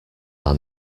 are